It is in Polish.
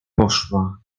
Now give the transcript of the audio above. poszła